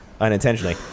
unintentionally